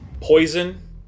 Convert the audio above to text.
poison